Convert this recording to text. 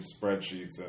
spreadsheets